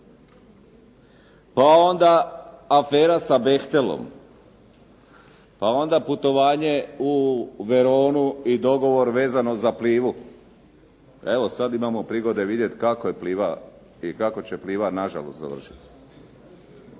pa onda afera sa Bechtelom, pa onda putovanje u Veronu i dogovor vezano za PLIVA-u. Evo sad imamo prigode vidjet kako je PLIVA i kako će PLIVA nažalost završiti.